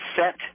set